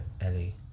Ellie